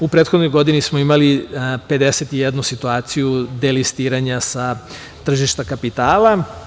U prethodnoj godini smo imali 51 situaciju delistiranja sa tržišta kapitala.